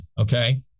Okay